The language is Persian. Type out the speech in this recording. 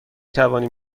توانیم